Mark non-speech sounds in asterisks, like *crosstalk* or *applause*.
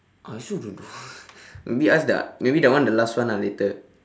I also don't know *laughs* maybe ask the maybe that one the last one ah later